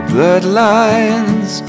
bloodlines